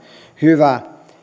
hyvä